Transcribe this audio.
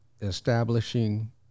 establishing